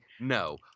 No